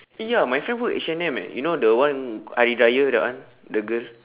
eh ya my friend work H&M eh you know the one hari-raya that one the girl